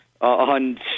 on